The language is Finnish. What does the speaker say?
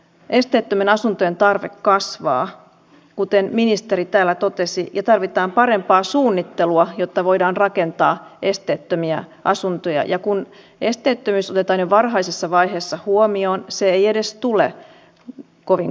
esteettömien asuntojen tarve kasvaa kuten ministeri täällä totesi ja tarvitaan parempaa suunnittelua jotta voidaan rakentaa esteettömiä asuntoja ja kun esteettömyys otetaan jo varhaisessa vaiheessa huomioon se ei edes tule kovin kalliiksi